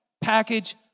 package